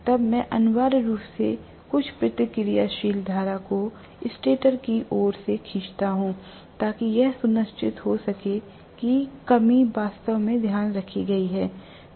तब मैं अनिवार्य रूप से कुछ प्रतिक्रियाशील धारा को स्टेटर की ओर से खींचता हूं ताकि यह सुनिश्चित हो सके कि कमी वास्तव में ध्यान रखी गई है